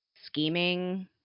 scheming